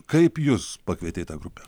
kaip jus pakvietė į tą grupę